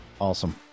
Awesome